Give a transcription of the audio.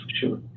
sure